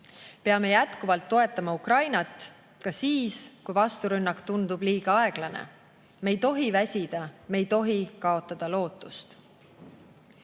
Peame jätkuvalt toetama Ukrainat ka siis, kui vasturünnak tundub liiga aeglane. Me ei tohi väsida, me ei tohi kaotada lootust.